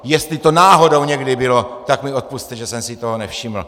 Jestli to náhodou někdy bylo, tak mi odpusťte, že jsem si toho nevšiml.